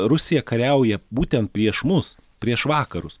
rusija kariauja būtent prieš mus prieš vakarus